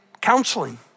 counseling